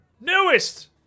newest